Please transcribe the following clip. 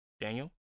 Daniel